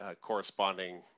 corresponding